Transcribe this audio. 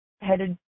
headed